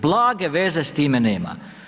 Blage veze s time nema.